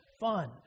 fun